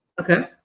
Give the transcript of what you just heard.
Okay